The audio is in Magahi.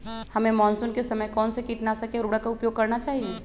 हमें मानसून के समय कौन से किटनाशक या उर्वरक का उपयोग करना चाहिए?